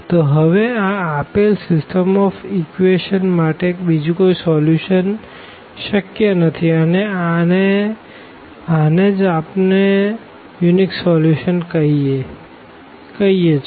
તો હવે આ આપેલ સીસ્ટમ ઓફ ઇક્વેશંસ માટે બીજું કોઈ સોલ્યુશન શક્ય નથી અને આને જ આપણે અનન્ય સોલ્યુશન કહીએ છે